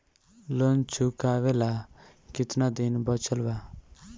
Loan चुकावे ला कितना दिन बचल बा?